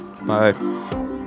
Bye